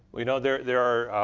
we know there there are